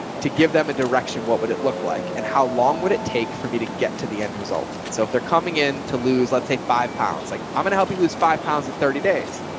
to give them a direction. what would it look like and how long would it take for me to get to the end result? and so if they're coming in to lose, let's say five pounds, like i'm gonna help you lose five pounds in thirty days.